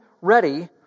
ready